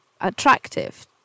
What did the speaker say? attractive